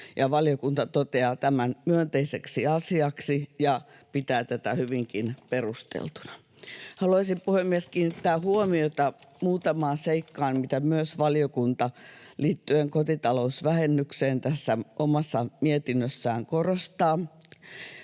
valiokunta toteaa tämän myönteiseksi asiaksi ja pitää tätä hyvinkin perusteltuna. Haluaisin, puhemies, kiinnittää huomiota muutamaan seikkaan, mitä myös valiokunta liittyen kotitalousvähennykseen tässä omassa mietinnössään korostaa.